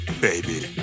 baby